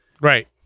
right